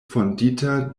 fondita